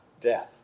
Death